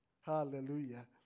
Hallelujah